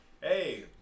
hey